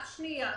רק שנייה,